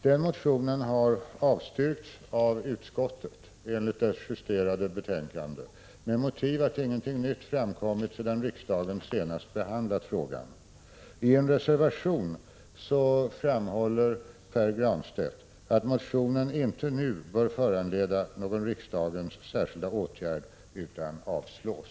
Den motionen har avstyrkts av utbildningsutskottet enligt ett justerat betänkande, med motiveringen att ingenting nytt framkommit sedan riksdagen senast behandlade frågan. I en reservation framhåller Pär Granstedt tillsammans med Larz Johansson att motionen inte nu bör föranleda någon riksdagens särskilda åtgärd utan avslås.